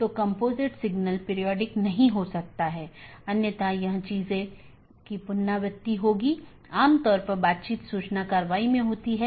एक stub AS केवल स्थानीय ट्रैफ़िक ले जा सकता है क्योंकि यह AS के लिए एक कनेक्शन है लेकिन उस पार कोई अन्य AS नहीं है